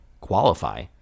qualify